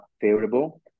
favorable